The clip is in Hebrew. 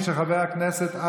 מירב בן ארי (יש עתיד): השאירו אותך ככה,